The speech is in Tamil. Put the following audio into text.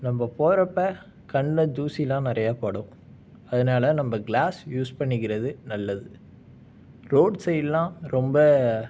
நம்ம போகிறப்ப கண்ல தூசிலாம் நிறையா படும் அதனால நம்ம கிளாஸ் யூஸ் பண்ணிக்கிறது நல்லது ரோட் சைட்லாம் ரொம்ப